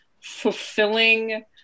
fulfilling